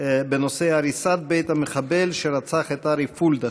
בנושא הריסת בית המחבל שרצח את ארי פולד,